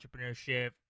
entrepreneurship